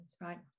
right